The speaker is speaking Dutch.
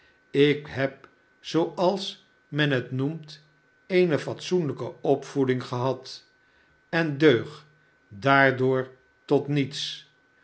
ik heb zooals men het noemt eene fatsoenlijke opvoeding gehad en deug daardoor tot niets